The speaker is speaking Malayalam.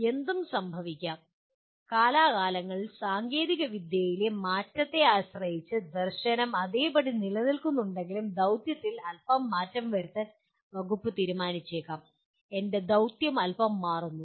എന്ത് സംഭവിക്കാം കാലാകാലങ്ങളിൽ സാങ്കേതികവിദ്യയിലെ മാറ്റത്തെ ആശ്രയിച്ച് ദർശനം അതേപടി നിലനിൽക്കുന്നുണ്ടെങ്കിലും ദൌത്യത്തിൽ അല്പം മാറ്റം വരുത്താൻ വകുപ്പ് തീരുമാനിച്ചേക്കാം എന്റെ ദൌത്യം അൽപ്പം മാറുന്നു